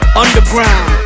underground